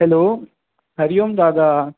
hello हरिओम दादा